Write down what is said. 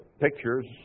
pictures